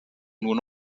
nur